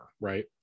right